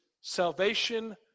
salvation